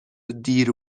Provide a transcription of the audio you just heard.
دیر